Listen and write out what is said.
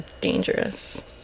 dangerous